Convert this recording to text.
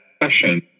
question